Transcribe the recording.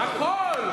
הכול.